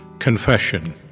Confession